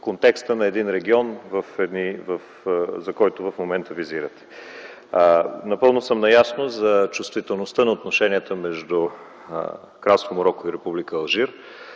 контекста на един регион, който в момента визирате. Напълно съм наясно за чувствителността на отношенията между Кралство Мароко и Република